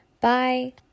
Bye